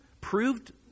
proved